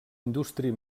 indústria